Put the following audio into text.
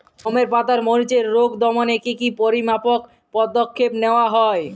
গমের পাতার মরিচের রোগ দমনে কি কি পরিমাপক পদক্ষেপ নেওয়া হয়?